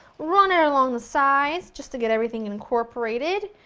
run it along the sides just to get everything incorporated.